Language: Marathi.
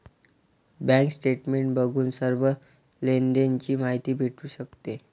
बँक स्टेटमेंट बघून सर्व लेनदेण ची माहिती भेटू शकते